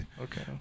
Okay